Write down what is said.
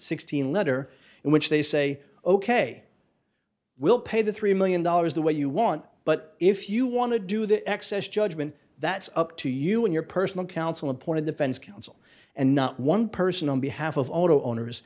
sixteen letter in which they say ok we'll pay the three million dollars the way you want but if you want to do the excess judgment that's up to you and your personal counsel appointed defense counsel and not one person on behalf of auto owners